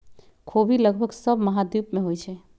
ख़ोबि लगभग सभ महाद्वीप में होइ छइ